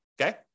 okay